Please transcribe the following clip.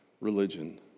religion